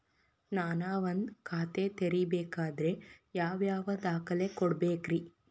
ನಾನ ಒಂದ್ ಖಾತೆ ತೆರಿಬೇಕಾದ್ರೆ ಯಾವ್ಯಾವ ದಾಖಲೆ ಕೊಡ್ಬೇಕ್ರಿ?